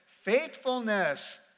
faithfulness